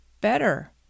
better